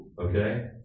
Okay